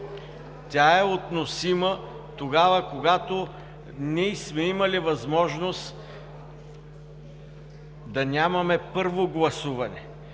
Тя е относима тогава, когато ние сме имали възможност да нямаме първо гласуване,